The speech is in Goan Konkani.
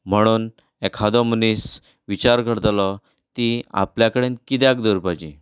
म्हणून एखादो मनीस विचार करतलो तीं आपल्या कडेन किद्याक दवरुपाची